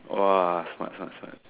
!wah! smart smart smart